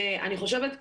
ואני חושבת,